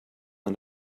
and